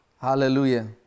Hallelujah